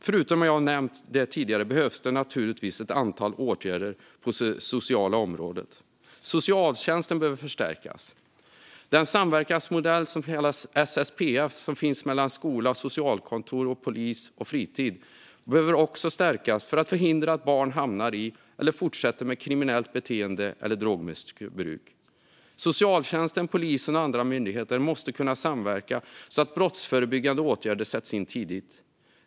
Förutom de åtgärder jag har nämnt tidigare behövs det ett antal åtgärder på det sociala området. Socialtjänsten behöver förstärkas. Den samverkansmodell som kallas SSPF, mellan skola, socialkontor, polis och fritid, behöver också stärkas för att förhindra att barn hamnar i eller fortsätter med ett kriminellt beteende eller drogmissbruk. Socialtjänsten, polisen och andra myndigheter måste kunna samverka så att brottsförebyggande åtgärder sätts in tidigt.